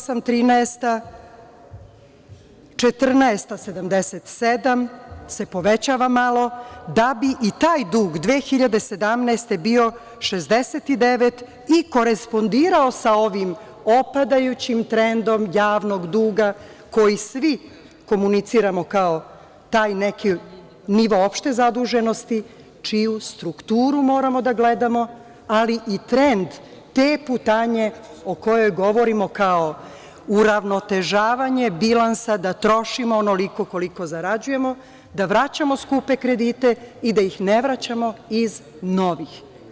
Godine 2013. 74,8%, 2014. godine 77% se povećava malo, da bi i taj dug 2017. godine bio 69% i korespondirao sa ovim opadajućim trendom javnog duga koji svi komuniciramo kao taj neki nivo opšte zaduženosti, čiju strukturu moramo da gledamo, ali i trend te putanje o kojoj govorimo kao uravnotežavnje bilansa da trošimo onoliko koliko zarađujemo, da vraćamo skupe kredite i da ih ne vraćamo iz novih.